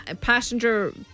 passenger